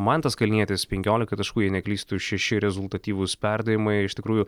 mantas kalnietis penkiolika taškų jei neklystu šeši rezultatyvūs perdavimai iš tikrųjų